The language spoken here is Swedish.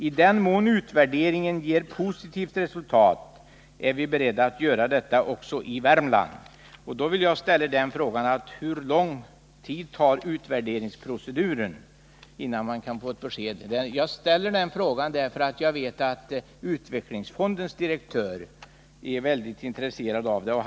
I den mån utvärderingen ger positiva resultat är vi beredda att göra detta också i Värmland.” Då vill jag ställa frågan: Hur lång tid kommer denna utvärderingsprocess att ta? Jag ställer den frågan eftersom jag vet att Utvecklingsfondens direktör är mycket intresserad av detta.